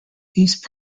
east